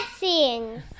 blessings